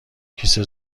کیسه